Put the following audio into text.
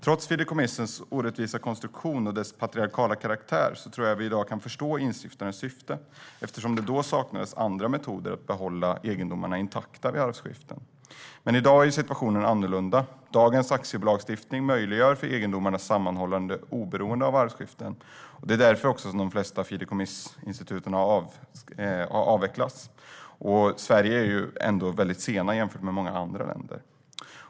Trots fideikommissets orättvisa konstruktion och dess patriarkala karaktär tror jag att vi i dag kan förstå instiftarens syfte eftersom det då saknades andra metoder att behålla egendomarna intakta vid arvskiften. Men i dag är situationen en annan. Dagens aktiebolagslagstiftning möjliggör att egendomarna hålls samman oberoende av arvskiften, och därför har de flesta fideikommissinstituten avvecklats. I Sverige är vi dock väldigt sena med det jämfört med många andra länder.